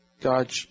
God